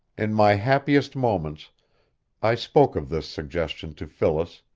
in my happiest moments i spoke of this suggestion to phyllis,